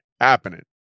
happening